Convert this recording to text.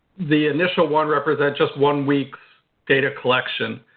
the initial one represent just one week's data collection.